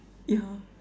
yeah